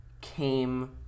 came